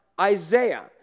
Isaiah